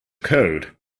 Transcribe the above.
code